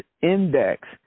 index